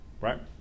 Right